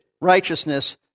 righteousness